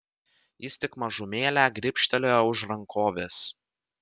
jis tik mažumėlę gribštelėjo už rankovės